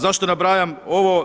Zašto nabrajam ovo?